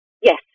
Yes